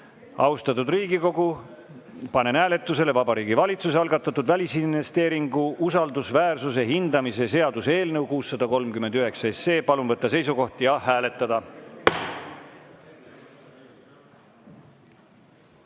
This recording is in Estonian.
Aitäh! Austatud Riigikogu, panen hääletusele Vabariigi Valitsuse algatatud välisinvesteeringu usaldusväärsuse hindamise seaduse eelnõu 639. Palun võtta seisukoht ja hääletada!